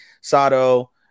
Sato